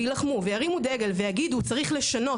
ילחמו וירימו דגל ויגידו צריך לשנות,